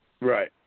Right